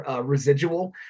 residual